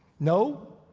no